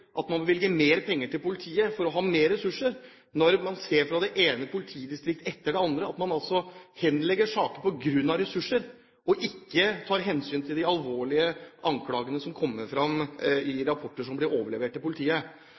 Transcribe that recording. at man bevilger mer penger til politiet for å ha mer ressurser, når man ser at i det ene politidistrikt etter det andre henlegger man saker på grunn av mangel på ressurser og ikke tar hensyn til de alvorlige anklagene som kommer fram i rapporter som blir overlevert til politiet.